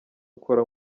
ukora